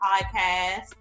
podcast